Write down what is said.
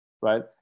right